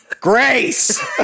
Grace